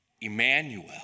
Emmanuel